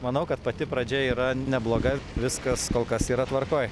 manau kad pati pradžia yra nebloga viskas kol kas yra tvarkoj